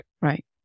Right